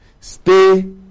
Stay